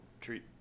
treat